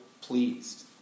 pleased